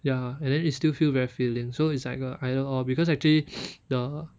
ya and then it's still feel very filling so it's like a either or because actually the